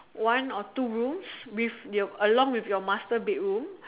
one or two rooms with your along with your master bedroom